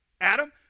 Adam